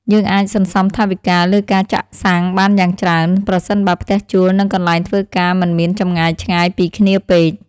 យើងអាចសន្សំថវិកាលើការចាក់សាំងបានយ៉ាងច្រើនប្រសិនបើផ្ទះជួលនិងកន្លែងធ្វើការមិនមានចម្ងាយឆ្ងាយពីគ្នាពេក។